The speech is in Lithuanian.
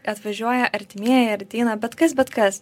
atvažiuoja artimieji ar ateina bet kas bet kas